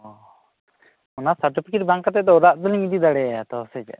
ᱚᱱᱟ ᱥᱟᱨᱴᱤᱯᱷᱤᱠᱮᱴ ᱵᱟᱝ ᱠᱟᱛᱮ ᱫᱚ ᱚᱲᱟᱜ ᱫᱚᱞᱤᱧ ᱤᱫᱤ ᱫᱟᱲᱮ ᱟᱭᱟ ᱛᱚ ᱥᱮ ᱪᱮᱫ